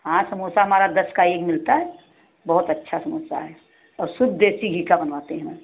हाँ समोसा हमारा दस का एक मिलता है बहुत अच्छा समोसा है और शुद्ध देसी घी का बनते हैं हम